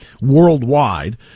worldwide